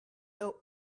owe